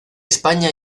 españa